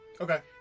Okay